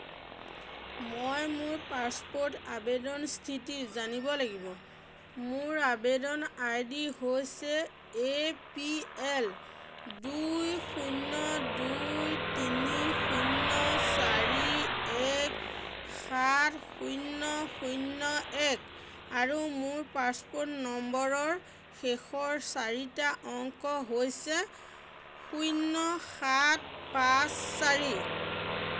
মই মোৰ পাছপোৰ্ট আবেদনৰ স্থিতি জানিব লাগিব মোৰ আবেদন আই ডি হৈছে এ পি এল দুই শূন্য দুই তিনি শূন্য চাৰি এক সাত শূন্য শূন্য এক আৰু মোৰ পাছপোৰ্ট নম্বৰৰ শেষৰ চাৰিটা অংক হৈছে শূন্য সাত পাঁচ চাৰি